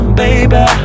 baby